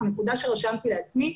נקודה שרשמתי לעצמי,